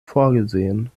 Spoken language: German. vorgesehen